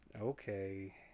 Okay